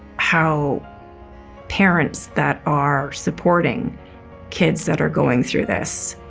how parents that are supporting kids that are going through this